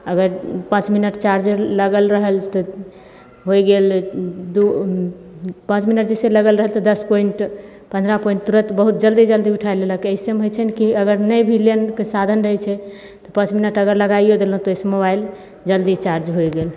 अगर पाँच minute charger लागल रहल तऽ होइ गेल दू पाँच मिनट जैसे लगल रहल तऽ दस पोईंट पन्द्रह पोईंट तुरन्त बहुत जल्दी जल्दी उठाय लेलक अइसे मे होइ छै ने की अगर नहि भी लाइनके साधन रहय छै तऽ पाँच मिनट अगर लगाइयौ देलहुँ तऽ ओइसँ मोबाइल जल्दी चार्ज होइ गेल